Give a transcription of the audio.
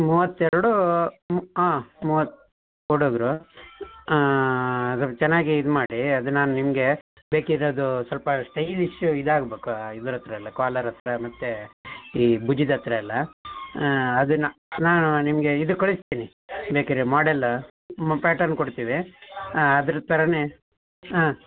ಮೂವತ್ತೆರಡು ಮು ಹಾಂ ಮೂವತ್ತು ಹುಡುಗರು ಅದರ ಚೆನ್ನಾಗಿ ಇದು ಮಾಡಿ ಅದು ನಾನು ನಿಮಗೆ ಬೇಕಿದ್ರೆ ಅದು ಸ್ವಲ್ಪ ಸ್ಟೈಲಿಶ್ಶು ಇದಾಗ್ಬೇಕು ಆ ಇದರ ಹತ್ರ ಎಲ್ಲ ಕ್ವಾಲರ್ ಹತ್ರ ಮತ್ತು ಈ ಬುಜದ ಹತ್ರ ಎಲ್ಲ ಅದು ನಾ ನಾನು ನಿಮಗೆ ಇದು ಕಳಿಸ್ತೀನಿ ಬೇಕಿರೆ ಮಾಡಲ್ ಪ್ಯಾಟರ್ನ್ ಕೊಡ್ತೀವಿ ಹಾಂ ಅದ್ರ ಥರನೆ ಹಾಂ